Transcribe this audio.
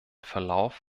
verlauf